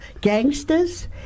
gangsters